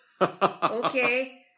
Okay